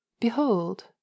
Behold